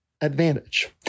advantage